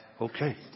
Okay